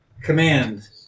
Command